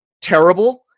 terrible